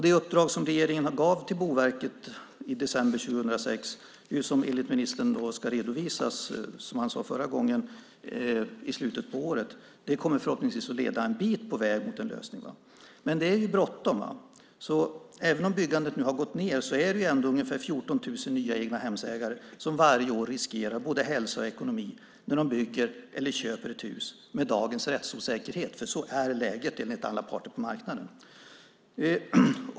Det uppdrag som regeringen gav till Boverket i december 2006 ska enligt ministern redovisas, som han sade förra gången, i slutet på året. Det kommer förhoppningsvis att leda en bit på väg mot en lösning. Men det är bråttom. Även om byggande nu har gått ned är det ändå ungefär 14 000 nya egnahemsägare som varje år riskerar hälsa och ekonomi när de bygger eller köper ett hus med dagens rättsosäkerhet. Så är läget enligt alla parter på marknaden.